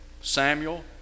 Samuel